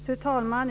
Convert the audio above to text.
Fru talman!